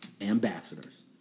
ambassadors